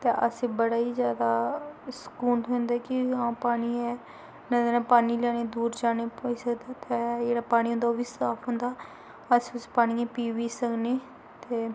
तां असें गी बड़ा गै जैदा सकून थ्होंदा कि हां पानी है नेईं ते ना पानी लैने गी दूर जाना पेई सकदा ते जेह्ड़ा पानी होंदा ओह् बी साफ होंदा अस उस पानियै गी पी बी सकने ते